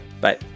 Bye